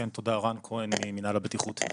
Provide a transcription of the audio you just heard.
כן תודה, רן כהן ממנהל הבטיחות.